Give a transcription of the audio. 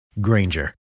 Granger